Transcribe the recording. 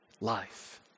life